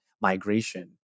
migration